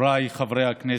חבריי חברי הכנסת,